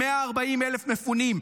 140,000 מפונים.